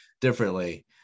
differently